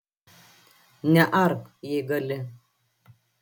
neark jei gali